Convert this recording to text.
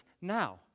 now